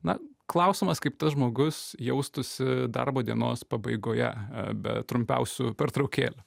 na klausimas kaip tas žmogus jaustųsi darbo dienos pabaigoje be trumpiausių pertraukėlių